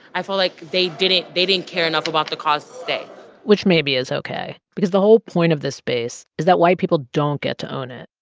i feel like they didn't they didn't care enough about the cause to stay which maybe is ok, because the whole point of this space is that white people don't get to own it.